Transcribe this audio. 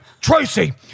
Tracy